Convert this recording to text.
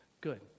Good